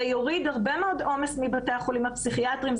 זה יוריד הרבה מאוד עומס מבתי החולים הפסיכיאטריים,